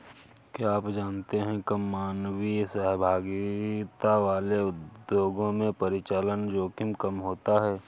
क्या आप जानते है कम मानवीय सहभागिता वाले उद्योगों में परिचालन जोखिम कम होता है?